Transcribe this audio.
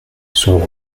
son